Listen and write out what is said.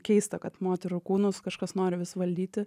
keista kad moterų kūnus kažkas nori vis valdyti